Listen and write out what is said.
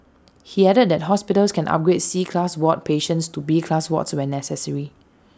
he added that hospitals can upgrade C class ward patients to B class wards when necessary